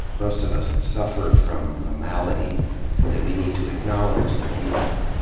most of us suffer from a malady that we need to acknowledge and deal with.